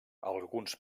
alguns